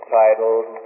titled